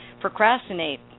procrastinate